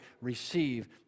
receive